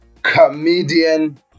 Comedian